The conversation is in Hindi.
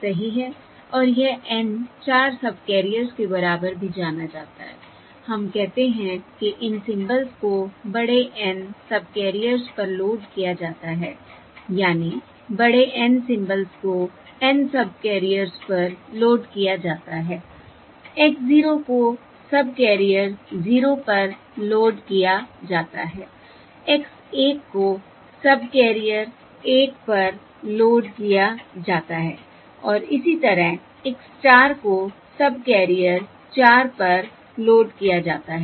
और यह N चार सबकैरियर्स के बराबर भी जाना जाता है हम कहते हैं कि इन सिंबल्स को बड़े N सबकैरियर्स पर लोड किया जाता है यानी बड़े N सिंबल्स को N सबकैरियर्स पर लोड किया जाता है X 0 को सबकैरियर 0 पर लोड किया जाता है X 1 को सबकैरियर 1 पर लोड किया जाता है और इसी तरह X 4 को सबकैरियर 4 पर लोड किया जाता है